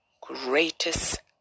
greatest